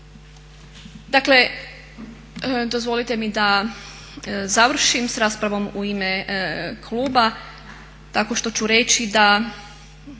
Dakle dozvolite mi da završim s raspravom u ime kluba tako što ću reći da